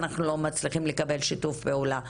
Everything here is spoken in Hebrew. אנחנו לא מצליחים לקבל שיתוף פעולה.